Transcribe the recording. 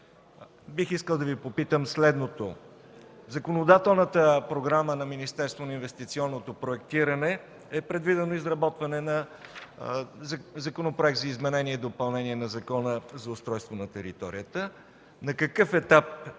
бих искал да Ви попитам следното: в законодателната програма на Министерството на инвестиционното проектиране е предвидено изработване на Законопроект за изменение и допълнение на Закона за устройство на територията, на какъв етап е